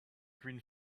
green